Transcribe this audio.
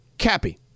Cappy